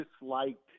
disliked